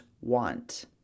want